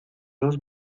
dos